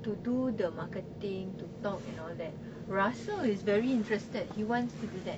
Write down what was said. to do the marketing to talk and all that russell is very interested he wants to do that